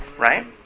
Right